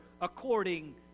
according